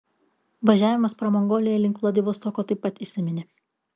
važiavimas pro mongoliją link vladivostoko taip pat įsiminė